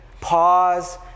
pause